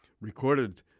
recorded